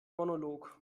monolog